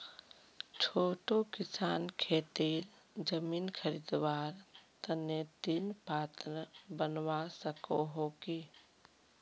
छोटो किसान खेतीर जमीन खरीदवार तने ऋण पात्र बनवा सको हो कि?